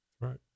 Right